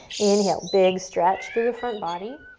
inhale, big stretch through the front body,